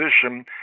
position